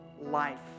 life